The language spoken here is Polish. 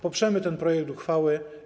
Poprzemy ten projekt uchwały.